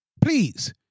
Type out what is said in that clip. please